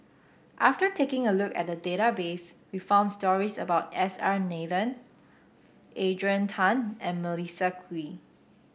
after taking a look at the database we found stories about S R Nathan Adrian Tan and Melissa Kwee